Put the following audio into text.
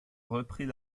reprit